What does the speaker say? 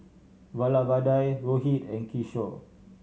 Vallabhbhai Rohit and Kishore